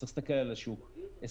צריך להסתכל על השוק אסטרטגית,